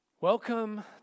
Welcome